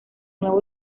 nuevo